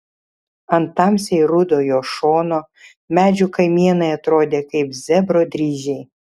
ant tamsiai rudo jo šono medžių kamienai atrodė kaip zebro dryžiai